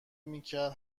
میکرد